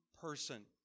person